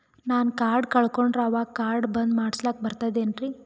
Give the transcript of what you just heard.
ನಾನು ಕಾರ್ಡ್ ಕಳಕೊಂಡರ ಅವಾಗ ಕಾರ್ಡ್ ಬಂದ್ ಮಾಡಸ್ಲಾಕ ಬರ್ತದೇನ್ರಿ?